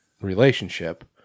relationship